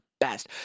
best